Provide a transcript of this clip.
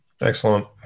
Excellent